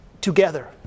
together